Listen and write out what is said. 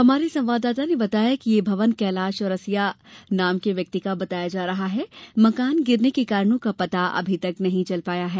हमारे संवाददाता ने बताया है कि यह भवन कैलाश चौरसिया का बताया जा रहा है मकान गिरने के कारणों का पता अभी नहीं चल पाया है